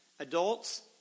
Adults